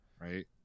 right